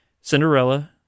Cinderella